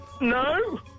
No